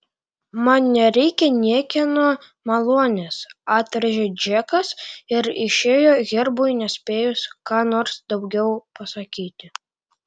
man nereikia niekieno malonės atrėžė džekas ir išėjo herbui nespėjus ką nors daugiau pasakyti